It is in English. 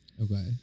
okay